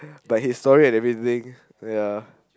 but his story and everything